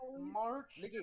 March